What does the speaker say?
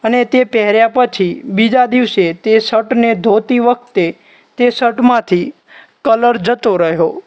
અને તે પહેર્યા પછી બીજા દિવસે તે શટને ધોતી વખતે તે શટમાંથી કલર જતો રહ્યો